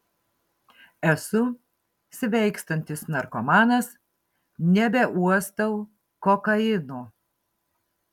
esu sveikstantis narkomanas nebeuostau kokaino